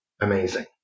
amazing